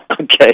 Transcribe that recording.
Okay